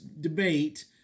debate